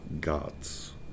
gods